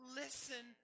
listen